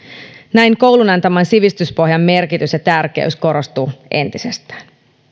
näin koulun antaman sivistyspohjan merkitys ja tärkeys korostuu entisestään